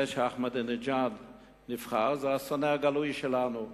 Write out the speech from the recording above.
זה שאחמדינג'אד נבחר, זה השונא הגלוי שלנו.